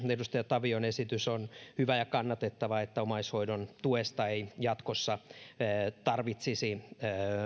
edustaja tavion esitys on hyvä ja kannatettava että omaishoidon tuesta ei jatkossa tarvitsisi